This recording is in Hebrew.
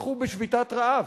פתחו בשביתת רעב.